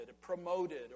promoted